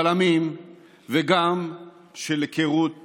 בלמים וגם של היכרות והבנות.